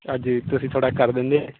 ਅੱਜ ਤੁਸੀਂ ਥੋੜ੍ਹਾ ਕਰ ਦਿੰਦੇ